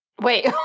Wait